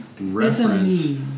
reference